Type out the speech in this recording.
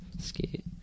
skate